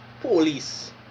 police